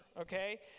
okay